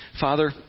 Father